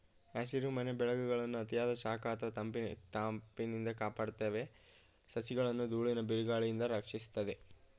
ಹಸಿರುಮನೆ ಬೆಳೆಗಳನ್ನು ಅತಿಯಾದ ಶಾಖ ಅಥವಾ ತಂಪಿನಿಂದ ಕಾಪಾಡ್ತವೆ ಸಸಿಗಳನ್ನು ದೂಳಿನ ಬಿರುಗಾಳಿಯಿಂದ ರಕ್ಷಿಸ್ತದೆ